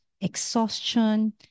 exhaustion